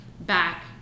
back